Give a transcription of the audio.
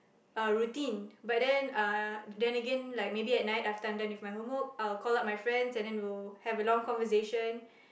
uh routine but then uh then again like again maybe at night after I'm done with my homework I will call up my friend then we will have a long conversation